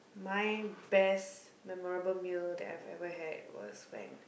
my best memorable meal that I ever had was when